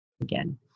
again